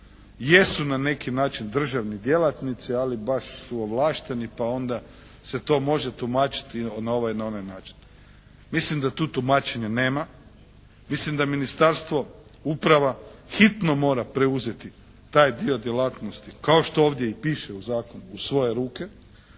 jesu na neki način državni djelatnici, ali baš su ovlašteni pa onda se to može tumačiti na ovaj i na onaj način. Mislim da tu tumačenja nema, mislim da ministarstvo, uprava hitno mora preuzeti taj dio djelatnosti kao što ovdje i piše u Zakonu u svoje ruke,